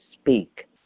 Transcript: speak